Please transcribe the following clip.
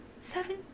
seven